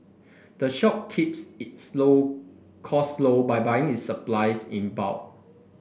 the shop keeps its low costs low by buying its supplies in bulk